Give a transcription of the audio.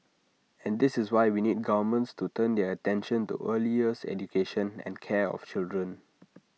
and this is why we need governments to turn their attention to early years education and care of children